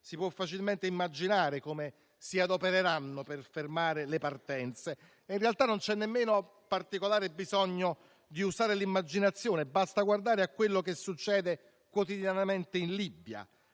si può facilmente immaginare come si adopereranno per fermare le partenze. In realtà, non c'è nemmeno particolare bisogno di usare l'immaginazione: basta guardare a quello che succede quotidianamente in Libia,